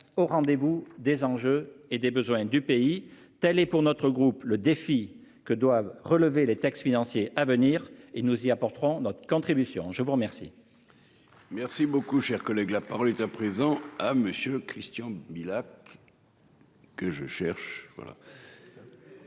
au rendez vous des enjeux et des besoins du pays. Telle est pour notre groupe le défi que doivent relever les taxes. À venir et nous y apporterons notre contribution je vous remercie. Merci beaucoup. Cher collègue, la parole est à présent à monsieur Christian MILAK. Que je cherche